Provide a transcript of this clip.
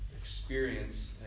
experience